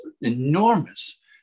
enormous